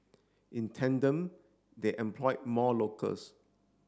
in tandem they employed more locals